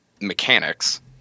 mechanics